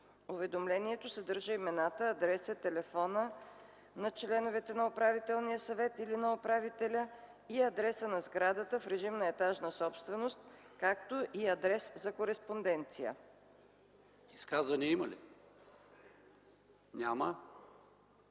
Уведомлението съдържа имената, адрес и телефон на членовете на управителния съвет или на управителя и адреса на сградата в режим на етажна собственост, както и адрес за кореспонденция.” ПРЕДСЕДАТЕЛ